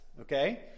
okay